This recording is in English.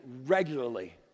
regularly